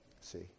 see